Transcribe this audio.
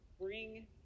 bring